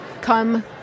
come